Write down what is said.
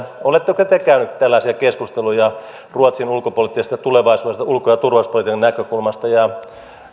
oletteko te käynyt tällaisia keskusteluja ruotsin ulkopoliittisesta tulevaisuudesta ulko ja turvallisuuspolitiikan näkökulmasta ja